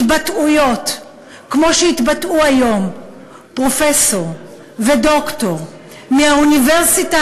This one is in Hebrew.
התבטאויות כמו שהתבטאו היום פרופסור ודוקטור מהאוניברסיטה